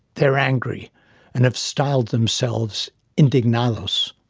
they are angry and have styled themselves indignados.